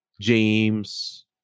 James